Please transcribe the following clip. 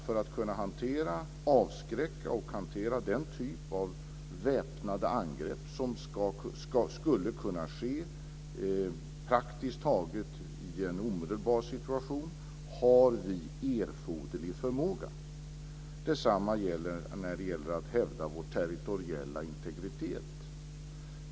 För att kunna avskräcka och hantera den typ av väpnade angrepp som skulle kunna ske i praktiskt taget en omedelbar situation har vi erforderlig förmåga. Detsamma är fallet när det gäller att hävda vår territoriella integritet.